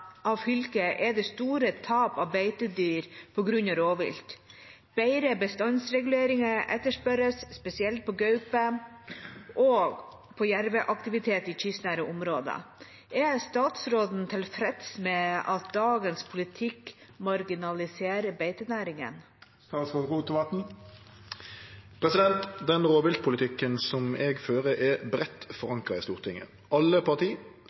av fylket er det store tap av beitedyr på grunn av rovvilt. Bedre bestandsreguleringer etterspørres, spesielt på gaupe og på jerveaktivitet i kystnære områder. Er statsråden tilfreds med at dagens politikk marginaliserer beitenæringene?» Den rovviltpolitikken som eg fører, er breitt forankra i Stortinget. Alle parti,